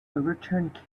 overturned